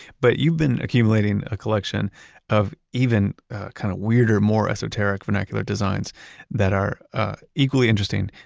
but you've been accumulating a collection of even kind of weirder, more esoteric vernacular designs that are equally interesting,